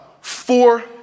four